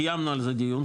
קיימנו על דיון,